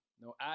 no